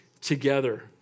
together